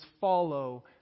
follow